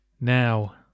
Now